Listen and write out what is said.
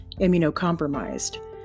immunocompromised